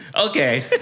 Okay